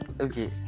Okay